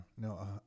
no